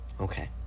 Okay